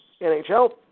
NHL